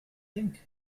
think